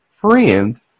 friend